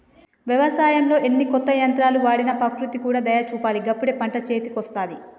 వ్యవసాయంలో ఎన్ని కొత్త యంత్రాలు వాడినా ప్రకృతి కూడా దయ చూపాలి గప్పుడే పంట చేతికొస్తది